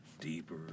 deeper